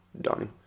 Donnie